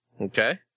Okay